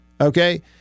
Okay